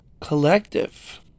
collective